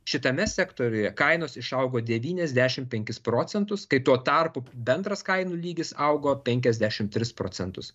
šitame sektoriuje kainos išaugo devyniasdešim penkis procentus kai tuo tarpu bendras kainų lygis augo penkiasdešim tris procentus